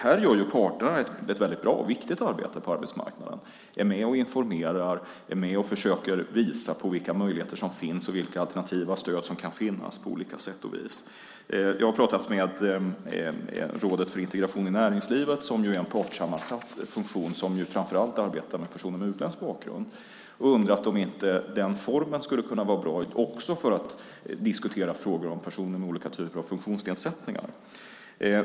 Här gör parterna ett väldigt bra och viktigt arbete på arbetsmarknaden och är med och informerar och försöker visa på vilka möjligheter som finns och vilka alternativa stöd som kan finnas på olika sätt och vis. Jag har talat med Rådet för integration i näringslivet, som är en partssammansatt funktion som arbetar framför allt med personer med utländsk bakgrund, och undrat om inte den formen skulle kunna vara bra också för att diskutera frågor om personer med olika typer av funktionsnedsättningar.